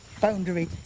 boundary